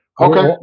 Okay